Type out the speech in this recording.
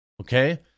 okay